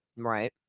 Right